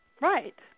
Right